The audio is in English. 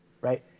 right